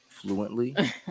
fluently